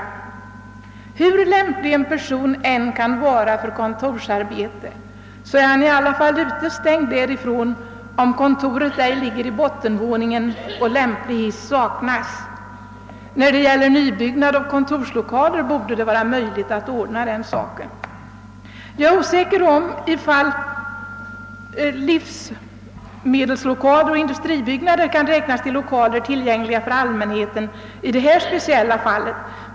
Men hur lämplig en handikappad än kan vara för kontorsarbete, så är han utestängd därifrån om kontoret ligger högre upp än i bottenvåningen och lämplig hiss saknas. Vid nybyggnad av kontorslokaler borde det vara möjligt att ordna bättre möjligheter härvidlag. Jag är osäker om huruvida livsmedelsbutiker och industribyggnader kan räknas till »lokaler tillgängliga för allmänheten» i detta speciella fall.